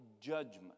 judgment